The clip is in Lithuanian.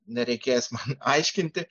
nereikės man aiškinti